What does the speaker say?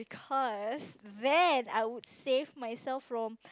first then I would save myself from